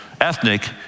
ethnic